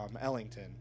ellington